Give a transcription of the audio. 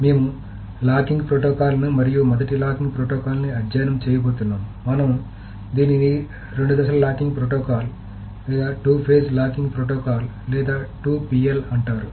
మేము లాకింగ్ ప్రోటోకాల్లను మరియు మొదటి లాకింగ్ ప్రోటోకాల్ని అధ్యయనం చేయబోతున్నాముమనం దీనిని రెండు దశల లాకింగ్ ప్రోటోకాల్ లేదా 2 PL అంటారు